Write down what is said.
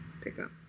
pickup